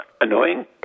annoying